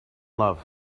love